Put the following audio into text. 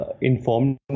informed